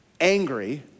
angry